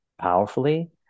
powerfully